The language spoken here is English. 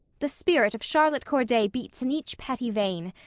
the spirit of charlotte corday beats in each petty vein,